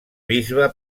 bisbe